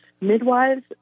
Midwives